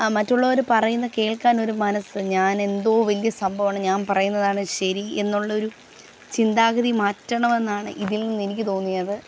ആ മറ്റുള്ളവർ പറയുന്നത് കേൾക്കാനൊരു മനസ് ഞാൻ എന്തോ വലിയ സംഭവമാണ് ഞാൻ പറയുന്നതാണ് ശരി എന്നുള്ള ഒരു ചിന്താഗതി മാറ്റണം എന്നാണ് ഇതിൽനിന്ന് എനിക്ക് തോന്നിയത്